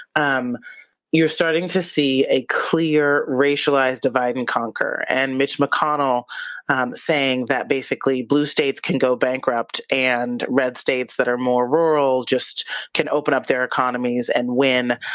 um you're starting to see a clear, racialized divide and conquer. and mitch mcconnell saying that basically blue states can go bankrupt and red states that are more rural just can open up their economies and win.